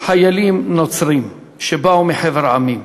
חיילים נוצרים שבאו מחבר המדינות,